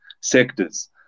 sectors